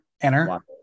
enter